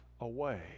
away